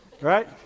right